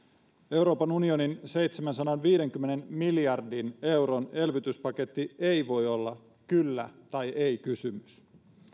euroopan unionin seitsemänsadanviidenkymmenen miljardin euron elvytyspaketti ei voi olla kyllä tai ei kysymys